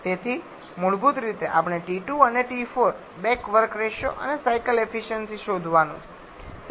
તેથી મૂળભૂત રીતે આપણે T2 અને T4 બેક વર્ક રેશિયો અને સાયકલ એફિસયન્સિ શોધવાનું છે